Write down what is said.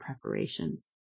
preparations